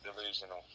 delusional